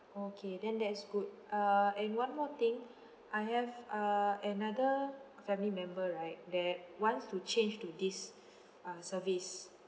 okay then that is good uh and one more thing I have uh another family member right that wants to change to this uh service